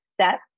step